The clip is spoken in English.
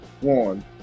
one